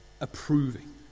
approving